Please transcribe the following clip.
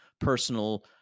personal